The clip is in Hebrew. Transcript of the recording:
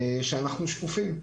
שאנחנו שקופים.